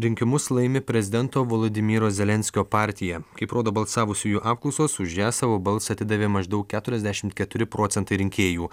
rinkimus laimi prezidento volodymyro zelenskio partija kaip rodo balsavusiųjų apklausos už ją savo balsą atidavė maždaug keturiasdešim keturi procentai rinkėjų